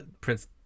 Prince